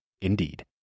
Indeed